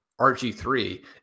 RG3